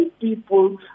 people